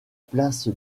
place